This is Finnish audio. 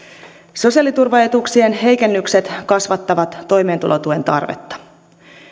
sosiaaliturvaetuuksien heikennykset kasvattavat toimeentulotuen tarvetta